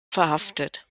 verhaftet